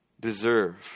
deserve